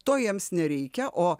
to jiems nereikia o